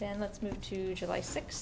then let's move to july six